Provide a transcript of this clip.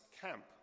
camp